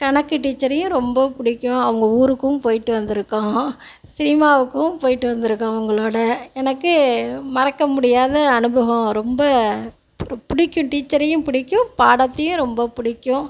கணக்கு டீச்சரையும் ரொம்ப பிடிக்கும் அவங்க ஊருக்கும் போயிட்டு வந்திருக்கோம் சினிமாவுக்கு போயிட்டு வந்திருக்கோம் அவங்களோட எனக்கு மறக்க முடியாத அனுபவம் ரொம்ப பு பிடிக்கும் டீச்சரயும் பிடிக்கும் பாடத்தயும் ரொம்ப பிடிக்கும்